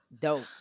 dope